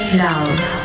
love